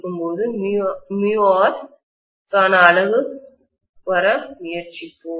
இப்போது விற்கான அலகு வர முயற்சிப்போம்